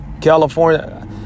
California